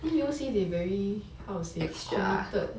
think U_O_C they very how to say committed